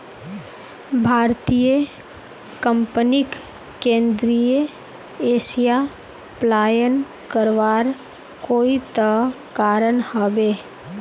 भारतीय कंपनीक केंद्रीय एशिया पलायन करवार कोई त कारण ह बे